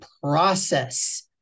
process